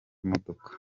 imodoka